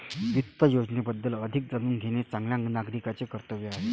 वित्त योजनेबद्दल अधिक जाणून घेणे चांगल्या नागरिकाचे कर्तव्य आहे